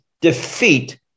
defeat